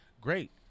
great